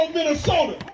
Minnesota